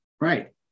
right